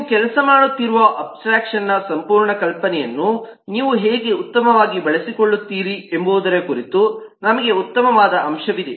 ನೀವು ಕೆಲಸ ಮಾಡುತ್ತಿರುವ ಅಬ್ಸ್ಟ್ರಾಕ್ಷನ್ನ ಸಂಪೂರ್ಣ ಕಲ್ಪನೆಯನ್ನು ನೀವು ಹೇಗೆ ಉತ್ತಮವಾಗಿ ಬಳಸಿಕೊಳ್ಳುತ್ತೀರಿ ಎಂಬುದರ ಕುರಿತು ನಮಗೆ ಉತ್ತಮವಾದ ಅಂಶವಿದೆ